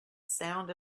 sound